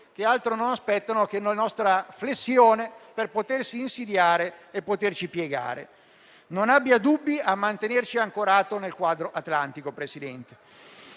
che altro non aspettano che una nostra flessione per potersi insidiare e poterci piegare. Non abbia dubbi a mantenerci ancorati al quadro atlantico, presidente